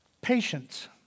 Patience